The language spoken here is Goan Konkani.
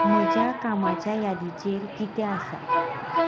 म्हज्या कामाच्या यादीचेर कितें आसा